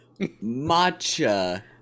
matcha